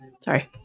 Sorry